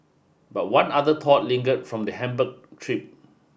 but one other thought lingered from the Hamburg trip